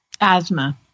asthma